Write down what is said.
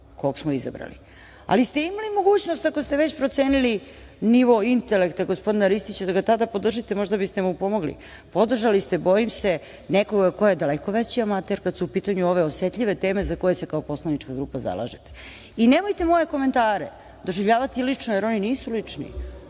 kog smo izabrali, ali ste imali mogućnost, ako ste već procenili nivo intelekta gospodina Ristića da ga tada podržite, možda biste mu pomogli. Podržali ste, bojim se, nekoga ko je daleko veći amater kada su u pitanju ove osetljive teme za koje se kao poslanička grupa zalažete. I nemojte moje komentare doživljavati lično, jer oni nisu lični.